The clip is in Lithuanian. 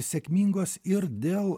sėkmingos ir dėl